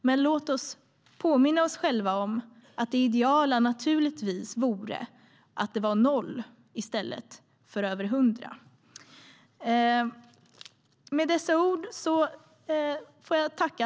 Men låt oss påminna oss själva om att det idealiska naturligtvis vore noll i stället för över hundra.